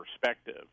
perspective